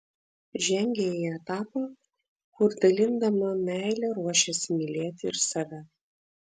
žengia į etapą kur dalindama meilę ruošiasi mylėti ir save